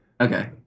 Okay